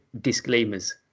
disclaimers